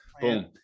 Boom